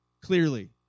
Clearly